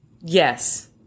Yes